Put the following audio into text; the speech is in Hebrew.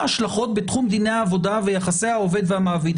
השלכות בתחום דיני העבודה ויחסי העובד והמעביד.